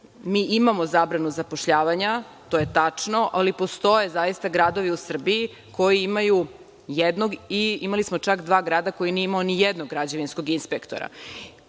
mi imamo zabranu zapošljavanja, to je tačno, ali postoje zaista gradovi u Srbiji koji imaju jednog i imali smo čak dva grada koji nije imao nijednog građevinskog inspektora.